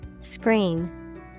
Screen